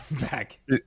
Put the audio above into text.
back